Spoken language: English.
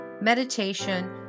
meditation